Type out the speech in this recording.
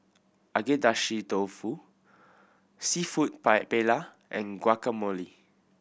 Agedashi Dofu Seafood Pie Paella and Guacamole